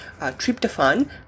tryptophan